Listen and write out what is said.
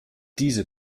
diese